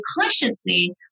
consciously